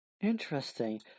Interesting